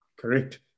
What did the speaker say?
Correct